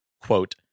quote